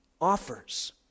offers